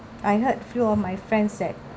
I heard few of my friends that